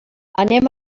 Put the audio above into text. anem